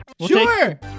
Sure